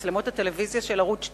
ואת מצלמות הטלוויזיה של ערוץ-2,